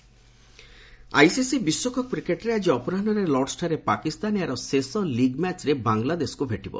world cup ICC ବିଶ୍ୱକପ୍ କ୍ରିକେଟରେ ଆଜି ଅପରାହୁରେ ଲର୍ଡ୍ସଠାରେ ପାକିସ୍ତାନ ଏହାର ଶେଷ ଲିଗ୍ ମ୍ୟାଚରେ ବାଂଗଲାଦେଶକୁ ଭେଟିବ